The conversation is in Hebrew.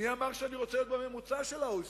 מי אמר שאני רוצה להיות בממוצע של ה-OECD?